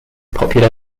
popular